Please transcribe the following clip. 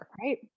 right